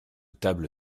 table